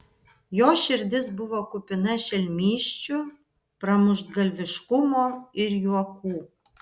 jo širdis buvo kupina šelmysčių pramuštgalviškumo ir juokų